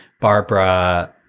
Barbara